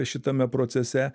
šitame procese